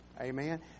Amen